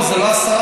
לא, זה לא עשרה.